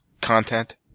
content